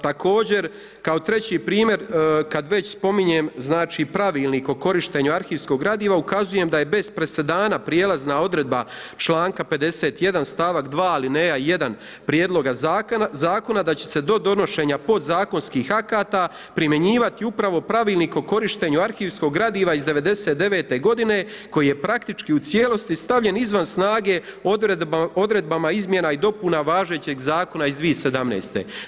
Također, kao treći primjer, kad već spominjem znači, pravilnik o korištenju arhivskih gradiva, ukazujem da je bez presedana prijelazna odredba članka 51. stavak 2 alineja 1 prijedloga zakona, da će se do donošenja podzakonskih akata, primjenjivati upravo pravilnik o korištenju arhivskog gradiva iz '99. g. koji je praktički u cijelosti stavljen izvan snage odredbama izmjena i dopuna važećeg zakona iz 2017.